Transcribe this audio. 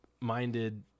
minded